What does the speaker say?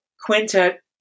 quintet